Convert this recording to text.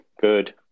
Good